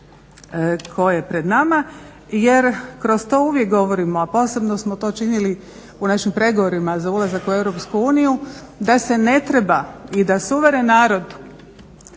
koje je pred nama jer kroz to uvijek govorimo, a posebno smo to činili u našim pregovorima za ulazak u EU da se ne treba i da suveren narod,